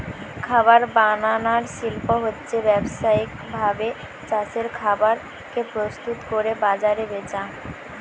খাবার বানানার শিল্প হচ্ছে ব্যাবসায়িক ভাবে চাষের খাবার কে প্রস্তুত কোরে বাজারে বেচা